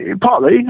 Partly